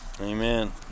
Amen